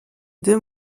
deux